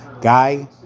guy